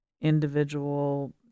individual